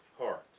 heart